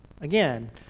again